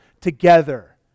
together